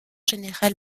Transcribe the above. général